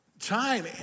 time